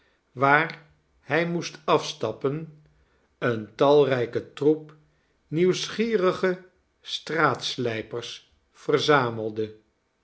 waar hij moest afstappen een talrijke troep nieuwsgierige straatslijpers verzamelde